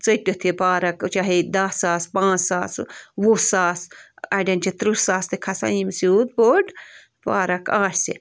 ژٔٹتھ یہِ پارک چاہیے دَہ ساس پانٛژ ساس وُہ ساس اَڑٮ۪ن چھِ ترٕٛہ ساس تہِ کھسان ییٚمِس یوٗت پوٚٹ پارک آسہِ